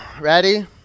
Ready